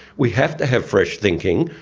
we have to have fresh thinking.